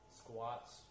squats